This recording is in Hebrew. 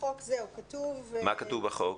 מה כתוב בחוק?